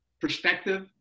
perspective